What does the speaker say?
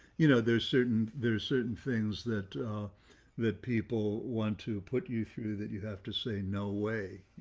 you know, there's certain there's certain things that that people want to put you through that you have to say no way.